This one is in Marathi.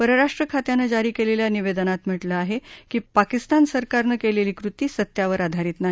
परराष्ट्र खात्यानं जारी केलेल्या निवेदनात म्हटलं आहे की पाकिस्तान सरकारनं केलेली कृती सत्यावर आधारित नाही